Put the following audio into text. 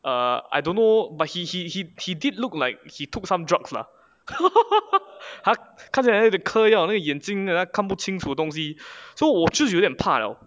err I don't know but he he he he did look like he took some drugs lah 看起来嗑药那眼睛有点看不清楚东西 so 我就有点怕 liao